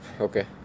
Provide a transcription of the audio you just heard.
Okay